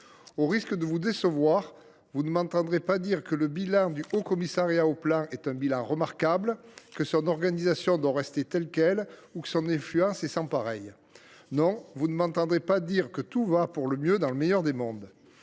Au risque de vous décevoir, vous ne m’entendrez pas dire que ce bilan est remarquable, que son organisation doit rester inchangée ou que son influence est sans pareille. Non, vous ne m’entendrez pas dire que tout va pour le mieux dans le meilleur des mondes